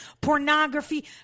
pornography